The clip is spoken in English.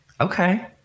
Okay